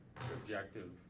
objective